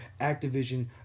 Activision